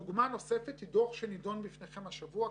לגבי תלונות ציבור שמתקבלות בנציבות תלונות הציבור,